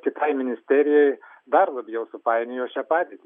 kitai ministerijai dar labiau supainiojo šią padėtį